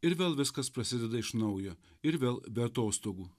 ir vėl viskas prasideda iš naujo ir vėl be atostogų